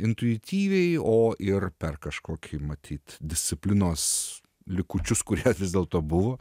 intuityviai o ir per kažkokį matyt disciplinos likučius kurie vis dėlto buvo